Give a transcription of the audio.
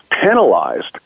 penalized